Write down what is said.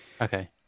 Okay